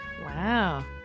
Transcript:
Wow